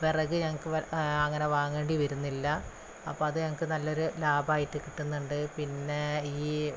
വിറക് ഞങ്ങള്ക്ക് അങ്ങനെ വാങ്ങേണ്ടിവരുന്നില്ല അപ്പോള് അത് ഞങ്ങള്ക്ക് നല്ല ലാഭമായിട്ട് കിട്ടുന്നുണ്ട് പിന്നെ ഈ